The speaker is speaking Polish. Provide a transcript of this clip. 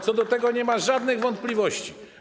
Co do tego nie ma żadnych wątpliwości.